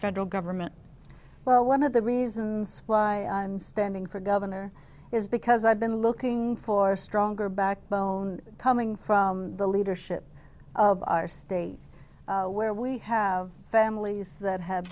federal government well one of the reasons why standing for governor is because i've been looking for stronger backbone coming from the leadership state where we have families that have